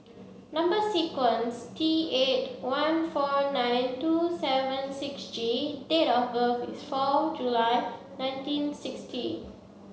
number sequence T eight one four nine two seven six G date of birth is four July nineteen sixty